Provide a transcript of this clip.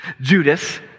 Judas